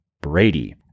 Brady